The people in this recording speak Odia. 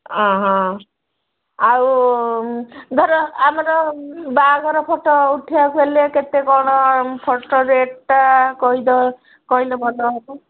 ହଁ ହଁ ଆଉ ଧର ଆମର ବାହାଘର ଫଟୋ ଉଠାଇବାକୁ ହେଲେ କେତେ କ'ଣ ଫଟୋ ରେଟ୍ଟା କହିଦେବ କହିଲେ ଭଲ ହେବ